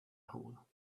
hole